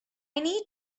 needed